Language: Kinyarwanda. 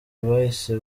bahise